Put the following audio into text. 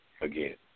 again